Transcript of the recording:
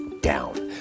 down